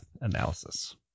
analysis